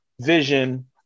Vision